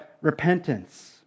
repentance